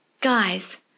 Guys